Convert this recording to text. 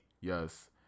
Yes